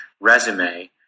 resume